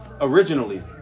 Originally